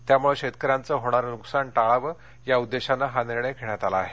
त्यामुळे शेतकऱ्यांचं होणारं नूकसान टाळावं या उद्देशानं हा निर्णय घेण्यात आला आहे